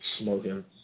smoking